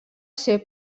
ser